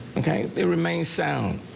okay they remain sound.